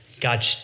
God